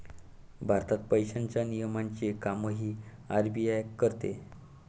भारतात पैशांच्या नियमनाचे कामही आर.बी.आय करते